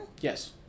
Yes